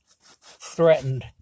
threatened